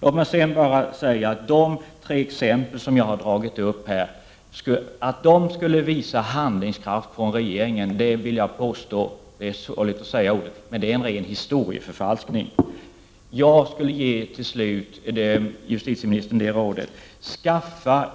Att påstå att de tre exempel som jag har tagit upp här skulle visa handlingskraft från regeringens sida är, vilket är sorgligt att säga, en ren historieförfalskning. Jag skulle till sist vilja ge justitieministern rådet att skaffa